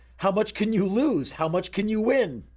how much can you lose? how much can you win?